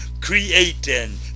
creating